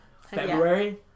February